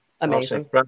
amazing